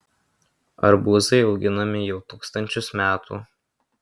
arbūzai auginami jau tūkstančius metų